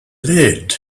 lead